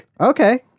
okay